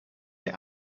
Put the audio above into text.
hij